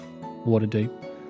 Waterdeep